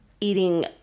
eating